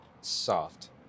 soft